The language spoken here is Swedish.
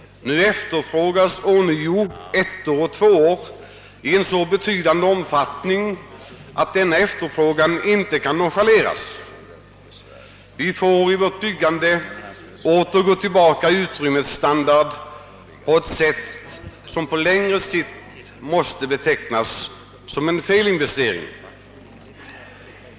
Nu efterfrågas ånyo ettor och tvåor i så betydande omfattning att denna efterfrågan inte kan nonchaleras. Vi får i vårt byggande gå tillbaka till en utrymmesstandard på ett sätt som på längre sikt måste betecknas som en felinvestering.